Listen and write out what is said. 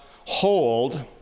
hold